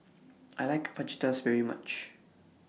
I like Fajitas very much